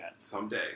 Someday